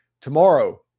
tomorrow